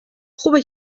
خوبه